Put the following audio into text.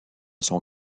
son